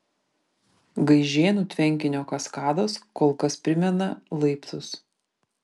gaižėnų tvenkinio kaskados kol kas primena laiptus